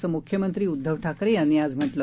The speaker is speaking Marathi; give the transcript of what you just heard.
असं मुख्यमंत्री उद्धव ठाकरे यांनी आज म्हटलं